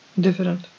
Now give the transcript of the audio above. different